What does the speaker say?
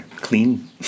clean